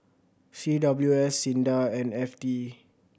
C W S SINDA and F T